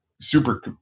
super